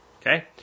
Okay